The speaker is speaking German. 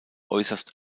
äußerst